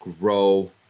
grow